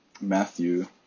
Matthew